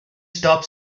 stop